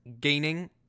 gaining